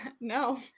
No